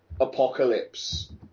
apocalypse